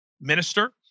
minister